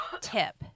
tip